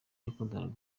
bakundana